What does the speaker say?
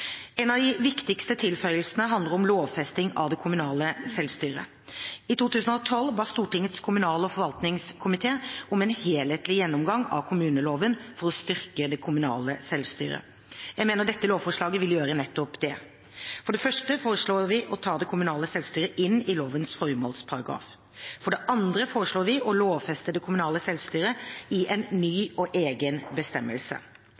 En av de viktigste tilføyelsene handler om lovfesting av det kommunale selvstyret. I 2012 ba Stortingets kommunal- og forvaltningskomité om en helhetlig gjennomgang av kommuneloven for å styrke det kommunale selvstyret. Jeg mener dette lovforslaget vil gjøre nettopp det. For det første foreslår vi å ta det kommunale selvstyret inn i lovens formålsparagraf. For det andre foreslår vi å lovfeste det kommunale selvstyret i en ny og egen bestemmelse.